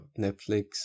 Netflix